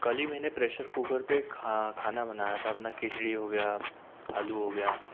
कल ही मैंने प्रेसर कुकर पे खाना बनाया था अपना खिचड़ी हो गया आलू हो गया